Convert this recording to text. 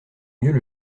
mieux